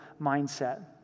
mindset